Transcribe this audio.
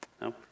No